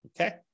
Okay